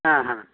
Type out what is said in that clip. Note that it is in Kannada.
ಹಾಂ ಹಾಂ